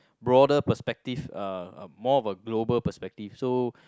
broader perspective uh more of a global perspective so